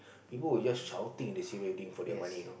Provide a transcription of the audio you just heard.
people were just shouting they save everything for their money you know